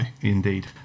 Indeed